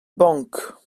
bank